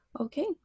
Okay